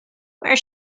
where